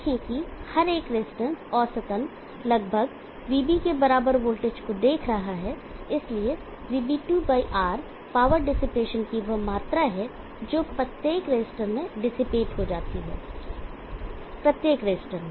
देखें कि हर एक रजिस्टेंस औसतन लगभग VB के वोल्टेज को देख रहा है इसलिए VB2R पावर की वह मात्रा है जो प्रत्येक रसिस्टर में डिसिपेट हो जाती है प्रत्येक रसिस्टर में